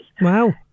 Wow